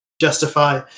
justify